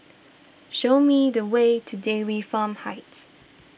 show me the way to Dairy Farm Heights